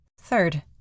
Third